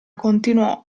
continuò